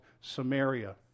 Samaria